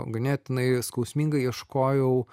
ganėtinai skausmingai ieškojau